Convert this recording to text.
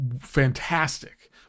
fantastic